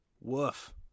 woof